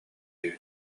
эбит